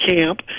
camp